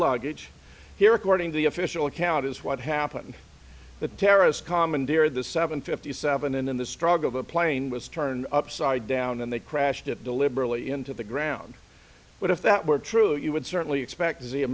luggage here according to the official account is what happened the terrorists commandeered the seven fifty seven in the struggle the plane was turned upside down and they crashed it deliberately into the ground but if that were true you would certainly expect